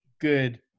good